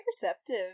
perceptive